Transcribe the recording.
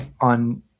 on